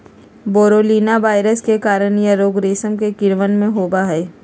बोरोलीना virus के कारण यह रोग रेशम के कीड़वन में होबा हई